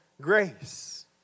grace